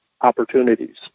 opportunities